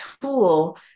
tool